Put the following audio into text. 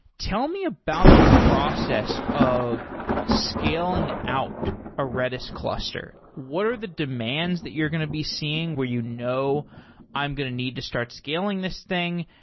tell me about the process of scaling out a redis cluster? what are the demands that you're going to be seeing where you know i'm going to need to start scaling this thing?